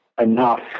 enough